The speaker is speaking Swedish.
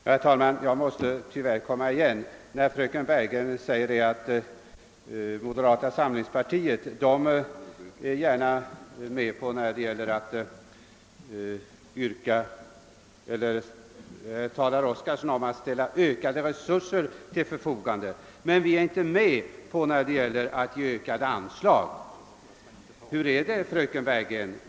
Herr talman! Jag måste tyvärr komma igen med anledning av att fröken Bergegren säger, att moderata samlingspartiet gärna är med om att kräva ökade resurser men att vi inte skulle vara med om att ge ökade anslag. Hur är det, fröken Bergegren?